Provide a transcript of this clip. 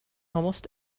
almost